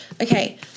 Okay